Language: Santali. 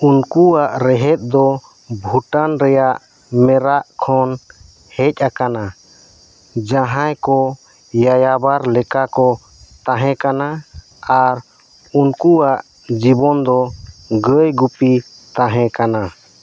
ᱩᱱᱠᱩᱣᱟᱜ ᱨᱮᱦᱮᱫ ᱫᱚ ᱵᱷᱩᱴᱟᱱ ᱨᱮᱭᱟᱜ ᱢᱮᱨᱟᱠ ᱠᱷᱚᱱ ᱦᱮᱡ ᱟᱠᱟᱱᱟ ᱡᱟᱦᱟᱸᱭᱠᱚ ᱡᱟᱡᱟᱵᱚᱨ ᱞᱮᱠᱟᱠᱚ ᱛᱟᱦᱮᱸᱠᱟᱱᱟ ᱟᱨ ᱩᱱᱠᱚᱣᱟᱜ ᱡᱤᱵᱚᱱᱫᱚ ᱜᱟᱹᱭ ᱜᱩᱯᱤ ᱛᱟᱦᱮᱸᱠᱟᱱᱟ